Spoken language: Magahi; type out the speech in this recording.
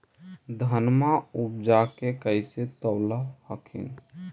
धनमा उपजाके कैसे तौलब हखिन?